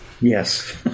Yes